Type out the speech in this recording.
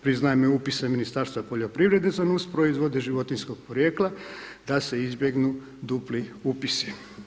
Priznaje mi upise Ministarstva poljoprivrede za nus proizvode životinjskog podrijetla da se izbjegnu dupli upisi.